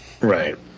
Right